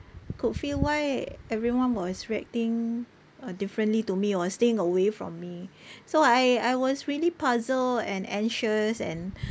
could feel why everyone was reacting uh differently to me or staying away from me so I I was really puzzled and anxious and